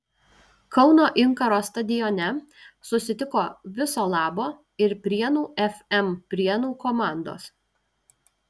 kauno inkaro stadione susitiko viso labo ir prienų fm prienų komandos